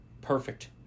perfect